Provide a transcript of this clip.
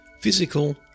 Physical